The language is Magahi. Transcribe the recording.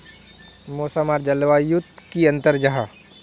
मौसम आर जलवायु युत की अंतर जाहा?